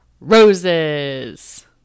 roses